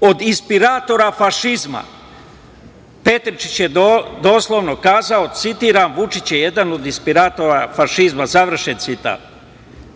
od inspiratora fašizma. Petričić je doslovno kazao, citiram: „Vučić je jedan od inspiratora fašizma“, završen citat.